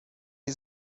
jej